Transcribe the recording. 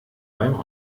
beim